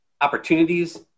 opportunities